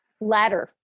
ladder